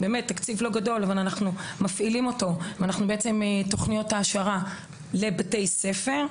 תקציב לא גדול אבל אנחנו מפעילים אותו ואנחנו תוכניות העשרה לבתי ספר.